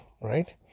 right